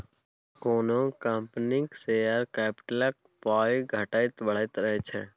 कोनो कंपनीक शेयर कैपिटलक पाइ घटैत बढ़ैत रहैत छै